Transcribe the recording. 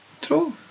True